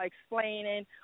explaining